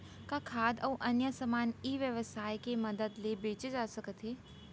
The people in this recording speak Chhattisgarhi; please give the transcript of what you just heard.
का खाद्य अऊ अन्य समान ई व्यवसाय के मदद ले बेचे जाथे सकथे?